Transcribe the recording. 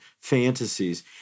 fantasies